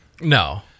No